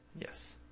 Yes